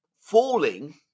falling